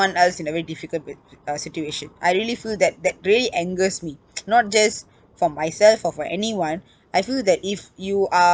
else in a very difficult p~ uh situation I really feel that that really angers me not just for myself or for anyone I feel that if you are